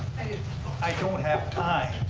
i don't have time.